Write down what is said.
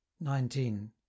nineteen